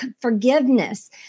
forgiveness